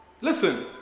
Listen